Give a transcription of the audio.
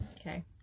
Okay